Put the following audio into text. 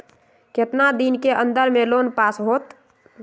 कितना दिन के अन्दर में लोन पास होत?